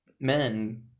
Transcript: men